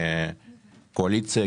כקואליציה,